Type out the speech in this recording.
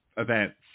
events